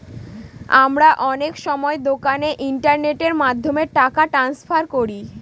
আমরা অনেক সময় দোকানে ইন্টারনেটের মাধ্যমে টাকা ট্রান্সফার করি